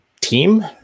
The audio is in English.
team